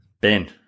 ben